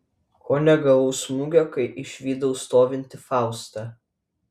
ko negavau smūgio kai išvydau stovintį faustą